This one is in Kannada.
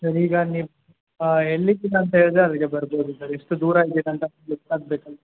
ಸರ್ ಈಗ ನೀವು ಎಲ್ಲಿದ್ದೀರ ಅಂತೇಳಿದ್ರೆ ಅಲ್ಲಿಗೆ ಬರ್ಬೋದು ಸರ್ ಎಷ್ಟು ದೂರ ಇದ್ದೀರ ಅಂತ ಗೊತ್ತಾಗಬೇಕಲ್ಲ